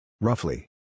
Roughly